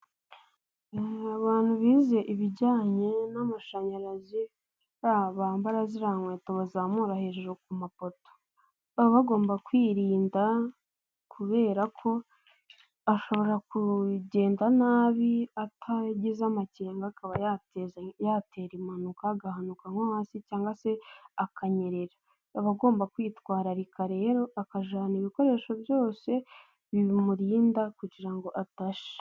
Abantu bize ibijyanye n'amashanyarazi bariya bambara ziriya nkweto bazamura hejuru ku mapoto, baba bagomba kwirinda kubera ko ashobora kugenda nabi atagize amakenga akaba yateza, yatera impanuka agahanuka nko hasi cyangwa se akanyerera, aba agomba kwitwararika rero akajyana ibikoresho byose bimurinda kugira ngo adashya.